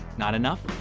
not enough?